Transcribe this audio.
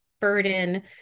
burden